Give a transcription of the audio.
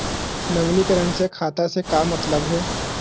नवीनीकरण से खाता से का मतलब हे?